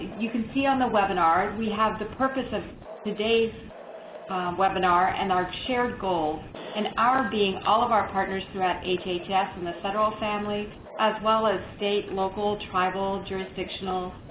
you can see on the webinar, we have the purpose of today's webinar and our shared goals and our being all of our partners throughout hhs and the federal family as well as state, local, tribal, jurisdictional